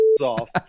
off